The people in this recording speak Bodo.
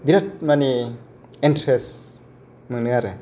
बिरात माने इन्टारेस्ट मोनो आरो